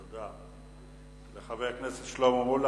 תודה לחבר הכנסת שלמה מולה.